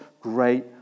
great